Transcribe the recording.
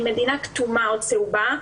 ממדינה כתומה או צהובה,